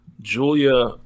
Julia